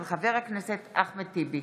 תודה.